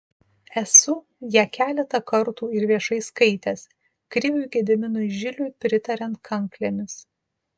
esu ją keletą kartų ir viešai skaitęs kriviui gediminui žiliui pritariant kanklėmis